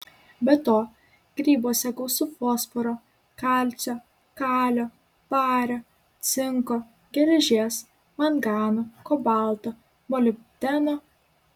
be to grybuose gausu fosforo kalcio kalio vario cinko geležies mangano kobalto molibdeno